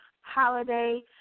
holiday